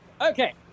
Okay